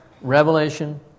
Revelation